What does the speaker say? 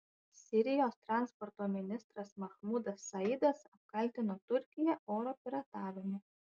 sirijos transporto ministras mahmudas saidas apkaltino turkiją oro piratavimu